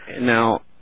Now